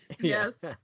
Yes